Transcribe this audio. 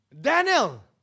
Daniel